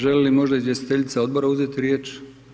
Želi li možda izvjestiteljica odbora uzeti riječ?